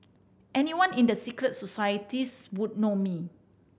anyone in the secret societies would know me